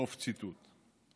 סוף ציטוט.